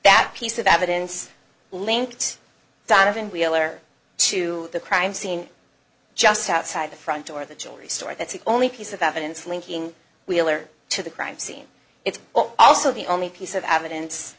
that piece of evidence linked donovan wheeler to the crime scene just outside the front door of the jewelry store that's the only piece of evidence linking wheeler to the crime scene it's also the only piece of evidence